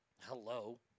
Hello